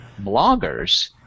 bloggers